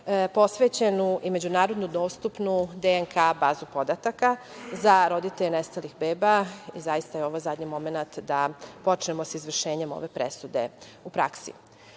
posvećenu i međunarodno dostupnu DNK bazu podataka za roditelje nestalih beba, i zaista je ovo zadnji momenat da počnemo sa izvršenjem ove presude u praksi. Savet